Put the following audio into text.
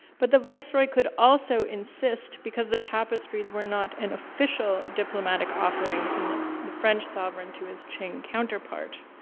but the viceroy could also insist because the tapestries were not an official diplomatic offering from the french sovereign to his qing counterpart.